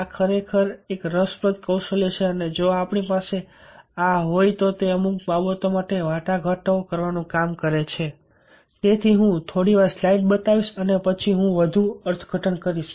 આ ખરેખર એક રસપ્રદ કૌશલ્ય છે અને જો આપણી પાસે આ વિશિષ્ટ કૌશલ્ય હોય તો તે અમુક બાબતો માટે વાટાઘાટો કરવાનું કામ કરે છે તેથી હું થોડી સ્લાઇડ્સ બતાવીશ અને પછી હું વધુ અર્થઘટન કરીશ